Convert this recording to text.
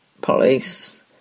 police